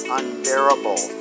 unbearable